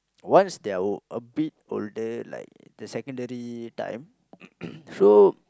once they are a bit older like the secondary time so